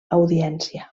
audiència